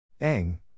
Eng